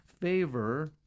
Favor